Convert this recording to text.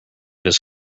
his